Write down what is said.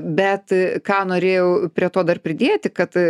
bet ką norėjau prie to dar pridėti kad